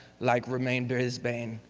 like remaine bisbaine,